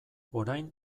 orain